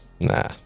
nah